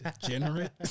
Degenerate